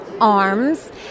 arms